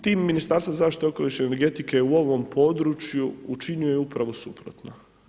Tim ministarstva zaštite okoliša i energetike u ovom području učinio je upravo suprotno.